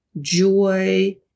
joy